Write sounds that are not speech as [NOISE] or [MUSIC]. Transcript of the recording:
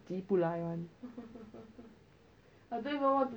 [LAUGHS]